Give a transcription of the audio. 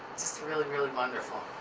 just really, really wonderful.